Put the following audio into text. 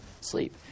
sleep